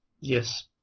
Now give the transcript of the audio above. Yes